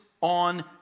on